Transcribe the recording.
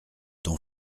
ton